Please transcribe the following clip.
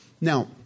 Now